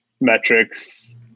metrics